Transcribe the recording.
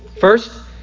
First